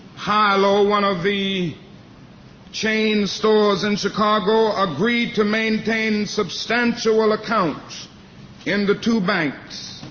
hi-lo, one of the chain stores in chicago, agreed to maintain substantial accounts in the two banks,